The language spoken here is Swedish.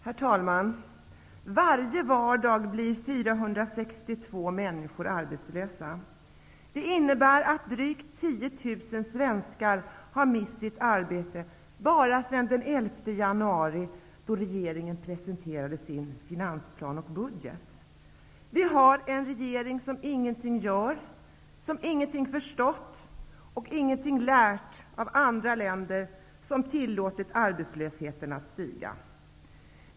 Herr talman! Varje vardag blir 462 människor arbetslösa. Det innebär att drygt tio tusen har mist sitt arbete bara sedan den 11 januari, då regeringen presenterade sin finansplan och budget. Vi har en regering som ingenting gör och som ingenting har förstått och ingenting lärt av andra länder som tillåtit att arbetslösheten att stiga.